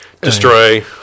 destroy